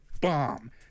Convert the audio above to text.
bomb